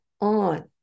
on